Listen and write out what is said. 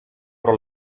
però